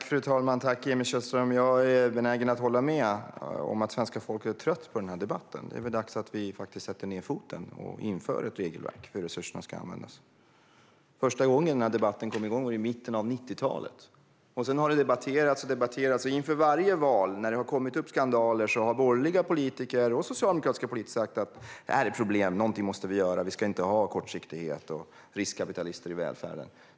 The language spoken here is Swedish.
Fru talman! Tack, Emil Källström! Jag är benägen att hålla med om att svenska folket är trött på den här debatten. Det är dags att vi faktiskt sätter ned foten och inför ett regelverk för hur resurserna ska användas. Första gången den här debatten kom igång var i mitten av 90-talet, och sedan har frågan debatterats och debatterats. Inför varje val, när det har kommit upp skandaler, har borgerliga och socialdemokratiska politiker sagt: Det här är ett problem. Någonting måste vi göra, för vi ska inte ha kortsiktighet och riskkapitalister i välfärden.